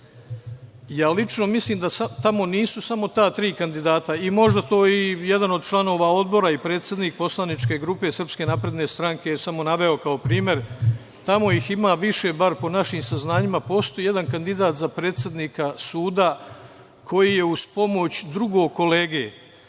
Lično mislim da tamo nisu samo ta tri kandidata, možda je tu i jedan od članova Odbora i predsednik Poslaničke grupe Srpske napredne stranke, samo sam naveo kao primer, tamo ih ima više, bar po našim saznanjima, postoji jedan kandidat za predsednika suda koji je uz pomoć drugog kolege